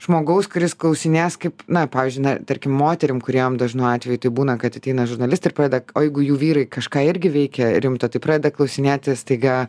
žmogaus kuris klausinės kaip na pavyzdžiui na tarkim moterim kuriom dažnu atveju taip būna kad ateina žurnalistai ir pradeda o jeigu jų vyrai kažką irgi veikia rimto tai pradeda klausinėti staiga